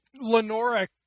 Lenora